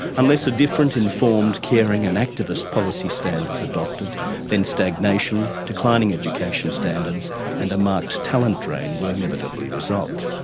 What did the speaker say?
unless a different, informed, caring and activist policy stand is adopted then stagnation, declining education standards and a marked talent drain will inevitably result.